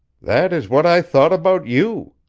that is what i thought about you,